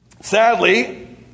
Sadly